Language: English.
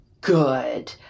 good